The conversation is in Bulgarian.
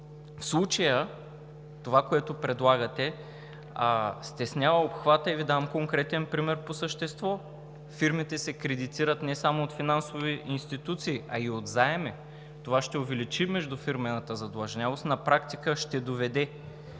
В случая това, което предлагате, стеснява обхвата и Ви давам конкретен пример по същество: фирмите се кредитират не само от финансови институции, а и от заеми. Това ще увеличи междуфирмената задлъжнялост, на практика ще доведе